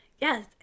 Yes